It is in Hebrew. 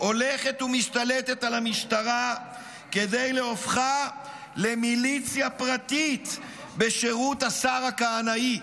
הולכת ומשתלטת על המשטרה כדי להופכה למיליציה פרטית בשירות השר הכהנאי.